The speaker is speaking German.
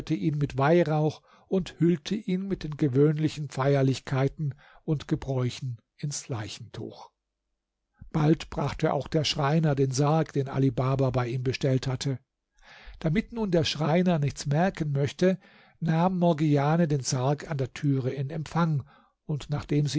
mit weihrauch und hüllte ihn mit den gewöhnlichen feierlichkeiten und gebräuchen ins leichentuch bald brachte auch der schreiner den sarg den ali baba bei ihm bestellt hatte damit nun der schreiner nichts merken möchte nahm morgiane den sarg an der türe in empfang und nachdem sie